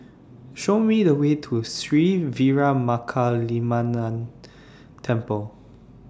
Show Me The Way to Sri Veeramakaliamman Temple